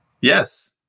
Yes